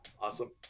awesome